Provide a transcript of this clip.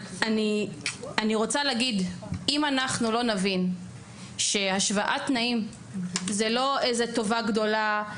אם אנחנו לא נבין שהשוואת תנאים זה לא איזה טובה גדולה,